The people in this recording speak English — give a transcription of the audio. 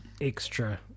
extra